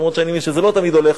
למרות שאני מבין שזה לא תמיד הולך,